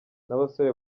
n’abasore